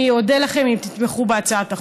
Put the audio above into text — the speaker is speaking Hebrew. אני אודה לכם אם תתמכו בהצעת החוק.